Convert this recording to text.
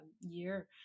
year